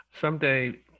Someday